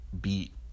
beat